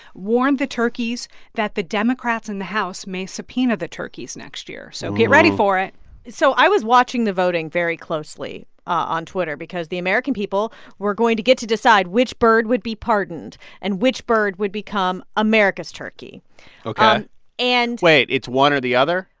warned the turkeys that the democrats in the house may subpoena the turkeys next year. so get ready for it so i was watching the voting very closely on twitter because the american people were going to get to decide which bird would be pardoned and which bird would become america's turkey ok and. wait, it's one or the other?